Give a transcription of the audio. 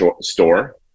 store